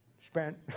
spent